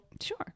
Sure